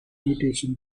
invitation